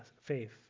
faith